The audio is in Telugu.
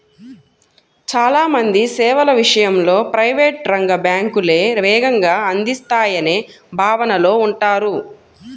చాలా మంది సేవల విషయంలో ప్రైవేట్ రంగ బ్యాంకులే వేగంగా అందిస్తాయనే భావనలో ఉంటారు